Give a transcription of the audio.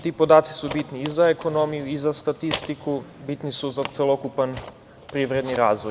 Ti podaci su bitni i za ekonomiju i za statistiku, bitni su za celokupan privredni razvoj.